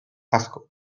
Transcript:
asko